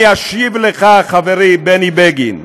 אני אשיב לך, חברי בני בגין.